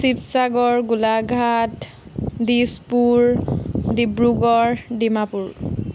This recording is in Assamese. শিৱসাগৰ গোলাঘাট দিছপুৰ ডিব্ৰুগড় ডিমাপুৰ